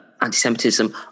anti-Semitism